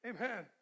Amen